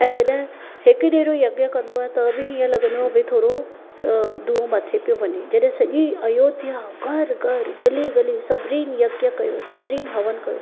ऐं जॾहिं हिकु जहिड़ो यज्ञ कंदो आहे त बि हीअं लॻंदो आहे की भई थोरो धुओं मथे पियो वञे जॾहिं सॼी आयोध्या घरु घरु गली गली सभिनी यज्ञ कयो सभिनीनि हवन कयो